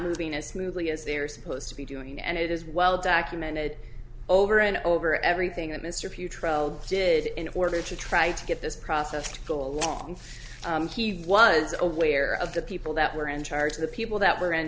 moving as smoothly as they are supposed to be doing and it is well documented over and over everything that mr pugh trial did in order to try to get this process to go along he was aware of the people that were in charge of the people that were in